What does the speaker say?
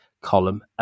column